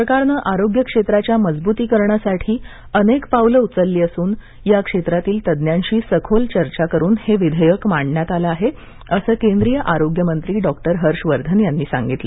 सरकारनं आरोग्य क्षेत्राच्या मजबुतीकरणासाठी अनेक पावलं उचलली असून या क्षेत्रातील तज्ज्ञांशी सखोल चर्चा करून हे विधेयक मांडण्यात आलं आहे असं केंद्रीय आरोग्यमंत्री डॉक्टर हर्षवर्धन यांनी सांगितलं